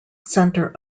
center